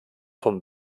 vom